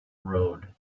road